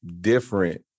different